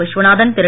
Viswanathan Thiru